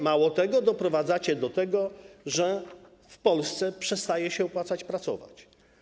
Mało tego, doprowadzacie do tego, że w Polsce przestaje się opłacać pracować.